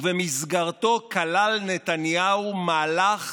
ובמסגרתו כלל נתניהו מהלך